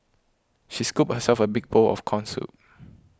she scooped herself a big bowl of Corn Soup